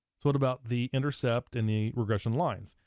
so what about the intercept and the regression lines?